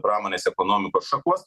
pramonės ekonomikos šakos